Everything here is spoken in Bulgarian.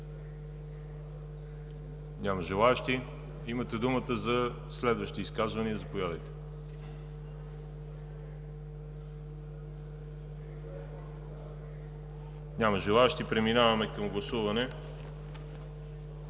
Няма желаещи. Имате думата за следващи изказвания. Няма желаещи. Преминаваме към гласуване.